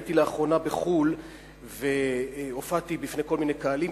הייתי לאחרונה בחו"ל והופעתי בפני כל מיני קהלים,